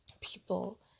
people